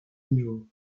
niveau